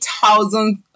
thousands